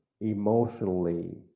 emotionally